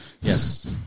Yes